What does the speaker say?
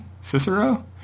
Cicero